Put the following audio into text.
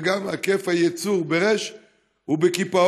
וגם היקף הייצור הוא בקיפאון.